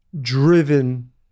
driven